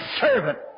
servant